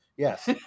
Yes